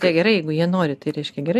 tai gerai jeigu jie nori tai reiškia gerai